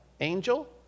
angel